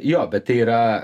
jo bet tai yra